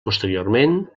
posteriorment